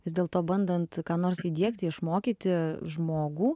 vis dėlto bandant ką nors įdiegti išmokyti žmogų